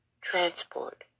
transport